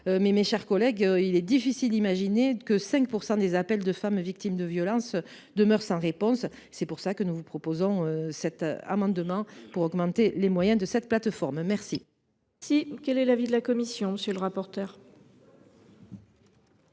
mes chers collègues, il est difficile d’imaginer que 5 % des appels de femmes victimes de violence demeurent sans réponse. C’est pour cette raison que nous vous proposons d’augmenter les moyens de cette plateforme. Quel